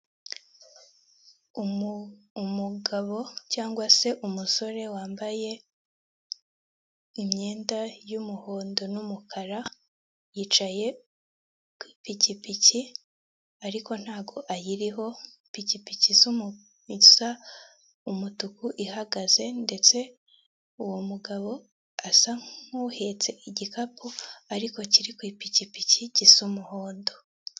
Umugabo cyangwa se umusore wambaye imyenda y'umuhondo n'umukara yicaye ku ipikipiki ariko ntago ayiriho ipikipiki isa umutuku ihagaze ndetse uwo mugabo ahetse igikapu ariko kiri ku ipikipiki gisa umuhondo.